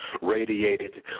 radiated